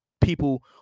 people